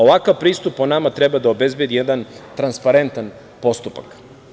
Ovakav pristup po nama treba da obezbedi jedan transparentan postupak.